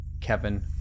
Kevin